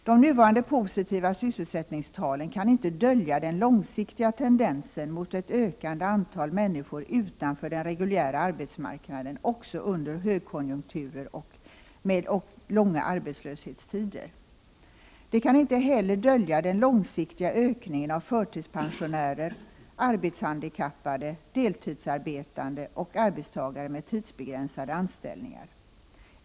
De nuvarande positiva sysselsättningstalen kan inte dölja den långsiktiga tendensen mot ett ökande antal människor utanför den reguljära arbetsmarknaden också under högkonjunkturer och mot långa arbetslöshetstider. De kan inte heller dölja den långsiktiga ökningen av förtidspensionärer, arbetshandikappade, deltidsarbetande och arbetstagare med tidsbegränsade anställningar.